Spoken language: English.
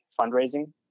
fundraising